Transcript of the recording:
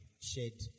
shade